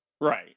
Right